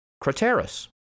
Craterus